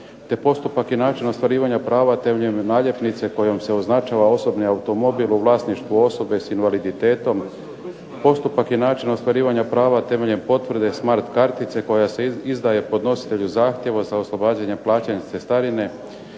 postupak i način ostvarivanja prava temeljem naljepnice kojom se označuje osobni automobil u vlasništvu osobe sa invaliditetom, postupak i način ostvarivanja prava temeljem potvrde smart kartice koja se izdaje podnositelju zahtjeva za oslobađanja plaćanja cestarine,